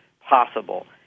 possible